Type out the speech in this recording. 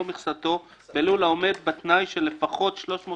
מכסתו בלול העומד בתנאי של לפחות 350